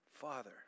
Father